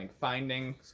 finding